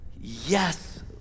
Yes